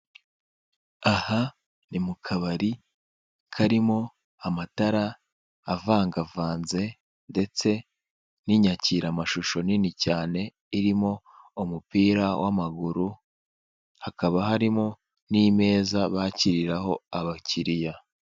Aha ni mu kabari karimo amatara avangavanze, ndetse n'inyakiramashusho nini cyane, irimo umupira w'amaguru; hakaba harimo n'imeza bakiriraho abakiriya.